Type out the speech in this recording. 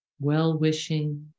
well-wishing